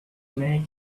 make